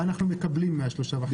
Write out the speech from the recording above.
מה אנחנו מקבלים מה-3.5 מיליון?